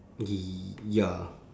y~ ya